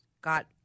got